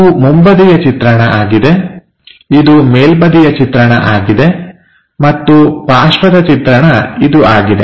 ಇದು ಮುಂಬದಿಯ ಚಿತ್ರಣ ಆಗಿದೆ ಇದು ಮೇಲ್ಬದಿಯ ಚಿತ್ರಣ ಆಗಿದೆ ಮತ್ತು ಪಾರ್ಶ್ವದ ಚಿತ್ರಣ ಇದು ಆಗಿದೆ